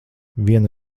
viena